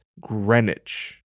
Greenwich